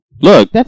look